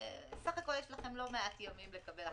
סך הכול יש לכם לא מעט ימים לקבל החלטה.